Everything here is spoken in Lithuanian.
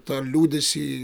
tą liūdesį